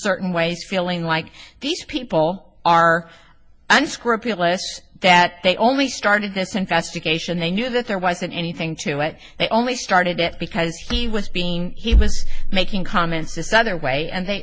certain ways feeling like these people are unscrupulous that they only started this investigation they knew that there wasn't anything to it they only started it because he was being he was making comments this other way and they